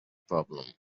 problem